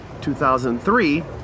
2003